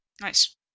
Nice